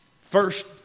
first